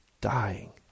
dying